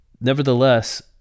Nevertheless